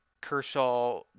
Kershaw